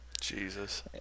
Jesus